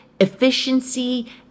efficiency